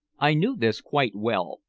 i knew this quite well,